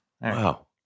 Wow